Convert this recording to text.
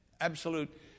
absolute